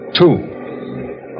two